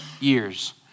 years